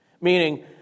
Meaning